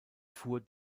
fuhr